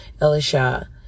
Elisha